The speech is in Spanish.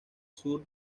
sur